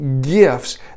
gifts